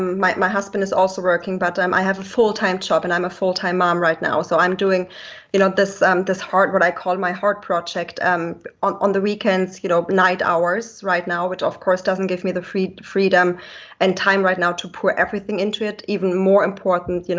my my husband is also working but um i have a full time job and i'm a full time mom right now, so i'm doing you know this this heart, what i call my heart project um on on the weekends, you know night hours right now, which of course doesn't give me the freedom freedom and time right now to pour everything into it, even more important, you know